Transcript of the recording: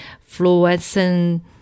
fluorescent